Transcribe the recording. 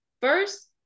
first